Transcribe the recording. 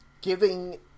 giving